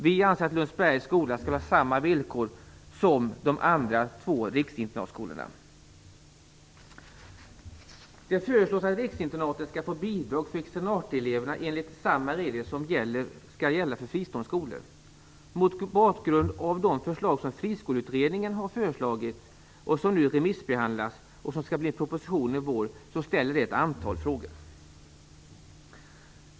Vi anser att Lundsbergs skola skall ha samma villkor som de två andra riksinternatskolorna. Det föreslås att riksinternaten skall få bidrag för externateleverna enligt samma regler som skall gälla för fristående skolor. Mot bakgrund av de förslag som Friskoleutredningen har lagt fram, vilka nu remissbehandlas och skall bli proposition i vår, ställer detta ett antal frågor.